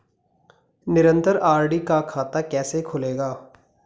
निरन्तर आर.डी का खाता कैसे खुलेगा?